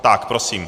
Tak prosím.